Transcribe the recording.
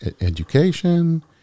education